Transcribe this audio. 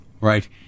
right